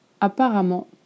Apparemment